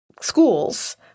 schools